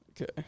Okay